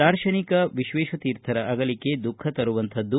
ದಾರ್ಶನಿಕ ವಿಶ್ವೇಶತೀರ್ಥರ ಅಗಲಿಕೆ ದುಖಃ ತರುವಂತಹದ್ದು